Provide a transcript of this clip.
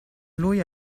lui